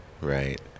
right